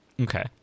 okay